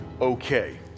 okay